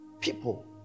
People